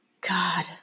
God